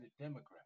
Democrat